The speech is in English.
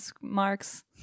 marks